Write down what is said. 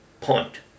point